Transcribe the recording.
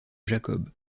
jacob